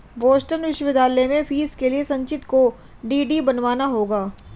Boston विश्वविद्यालय में fees के लिए संचित को डी.डी बनवाना होगा